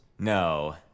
No